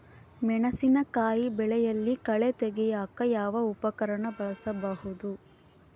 ಮೆಣಸಿನಕಾಯಿ ಬೆಳೆಯಲ್ಲಿ ಕಳೆ ತೆಗಿಯಾಕ ಯಾವ ಉಪಕರಣ ಬಳಸಬಹುದು?